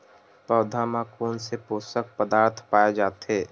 पौधा मा कोन से पोषक पदार्थ पाए जाथे?